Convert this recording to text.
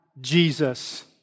Jesus